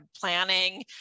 planning